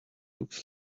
looks